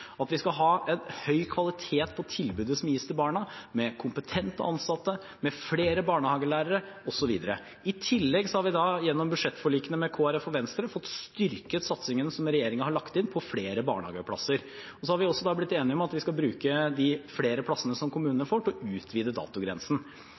at vi skal ha høy kvalitet på tilbudet som gis til barna, med kompetente ansatte, med flere barnehagelærere osv. I tillegg har vi gjennom budsjettforliket med Kristelig Folkeparti og Venstre fått styrket satsingen, som regjeringen har lagt inn, på flere barnehageplasser. Og så har vi også blitt enige om at vi skal bruke de flere plassene som kommunene